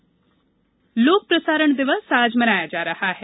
लोक प्रसारण दिवस लोक प्रसारण दिवस आज मनाया जा रहा है